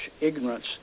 ignorance